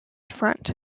front